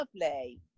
lovely